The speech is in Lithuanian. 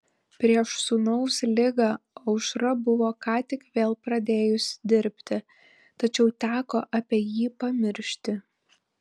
prieš sūnaus ligą aušra buvo ką tik vėl pradėjusi dirbti tačiau teko apie jį pamiršti